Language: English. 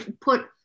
put